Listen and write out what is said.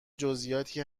جزییاتی